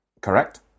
Correct